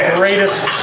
greatest